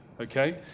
okay